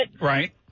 right